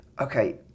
okay